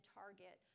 target